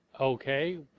okay